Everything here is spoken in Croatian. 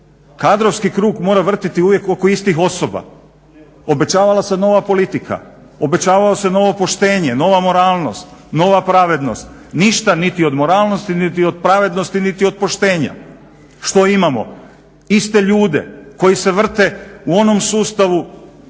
kadrovski krug uvijek mora vrtjeti oko istih osoba? Obećavala se nova politika, obećavalo se novo poštenje, nova moralnost, nova pravednost. Ništa niti od moralnosti, niti od pravednosti niti od poštenja. Što imamo? Iste ljude koji se vrte u onom sustavu,